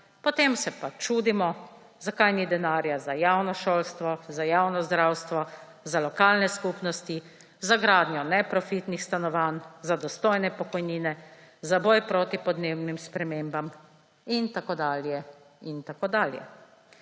Potem se pa čudimo, zakaj ni denarja za javno šolstvo, za javno zdravstvo, za lokalne skupnosti, za gradnjo neprofitnih stanovanj, za dostojne pokojnine, za boj proti podnebnim spremembam in tako dalje.